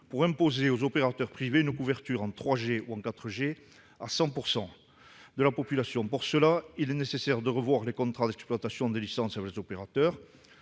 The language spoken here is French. pour imposer aux opérateurs privés la couverture en 3G ou 4G de l00 % de la population. Pour cela, il faut revoir les contrats d'exploitation des licences avec les opérateurs.